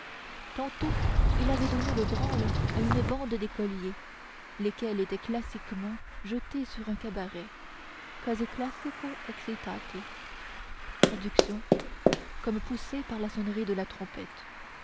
tantôt il avait donné le branle à une bande d'écoliers lesquels étaient classiquement jetés sur un cabaret quasi classico